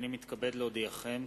הנני מתכבד להודיעכם,